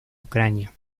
ucrania